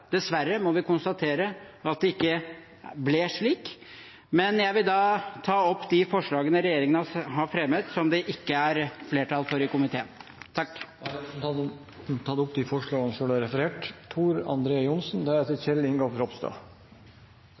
Dessverre må vi konstatere at det ikke ble slik. Jeg tar med det opp de av forslagene som regjeringen har fremmet, og som det ikke er flertall for i komiteen. Representanten Stefan Heggelund har tatt opp de forslagene han refererte til. Dette er en vanskelig og krevende sak, som flere har